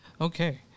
Okay